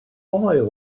oil